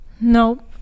Nope